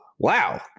wow